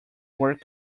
work